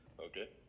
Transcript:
Okay